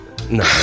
No